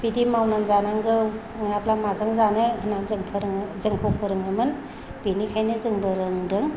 बिदि मावनानै जानांगौ नङाब्ला माजों जानो होननानै जोंखौ फोरोङोमोन बेनिखायनो जोंबो रोंदों